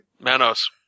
Manos